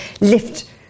lift